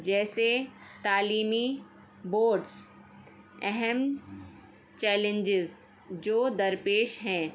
جیسے تعلیمی بورڈس اہم چیلنجز جو در پیش ہیں